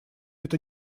это